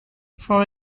for